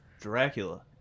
Dracula